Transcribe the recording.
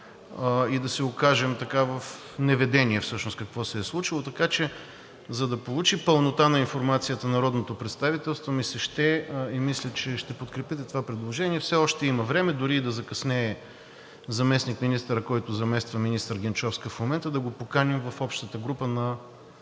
и да се окажем в неведение всъщност какво се е случило. Така че, за да получи пълнота на информацията народното представителство, ми се ще и мисля, че ще подкрепите това предложение – все още има време, дори и да закъснее заместник-министърът, който замества министър Генчовска в момента, да го поканим в общата група на